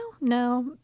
no